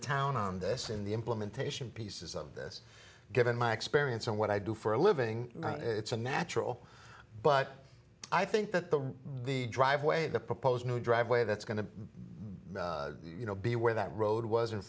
town on this in the implementation pieces of this given my experience and what i do for a living it's a natural but i think that the the driveway the proposed new driveway that's going to be where that road was in